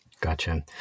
Gotcha